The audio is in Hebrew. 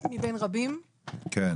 מבין רבים --- כן,